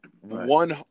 One